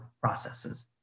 processes